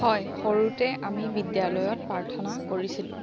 হয় সৰুতে আমি বিদ্যালয়ত প্ৰাৰ্থনা কৰিছিলোঁ